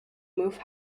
move